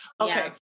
Okay